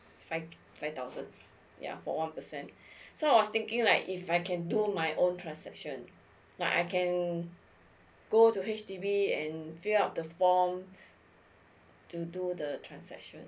five five thousand ya for one percent so I was thinking like if I can do my own transaction like I can go to H_D_B and fill up the form to do the transaction